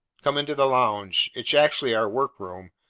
come into the lounge. it's actually our work room,